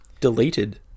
deleted